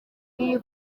iyi